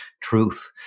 truth